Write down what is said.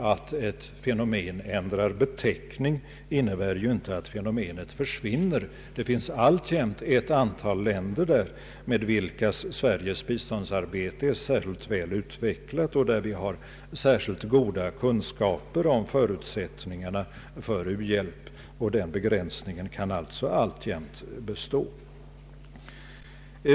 Att ett fenomen ändrar beteckning innebär ju inte att fenomenet försvinner. Det finns alltjämt ett antal länder där Sveriges biståndsarbete är särskilt väl utvecklat och där vi har särskilt goda kunskaper om förutsättningarna för u-hjälp, och den begränsningen kan alltså alltjämt bestå.